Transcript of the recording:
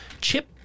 chip